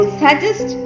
suggest